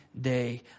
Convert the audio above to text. day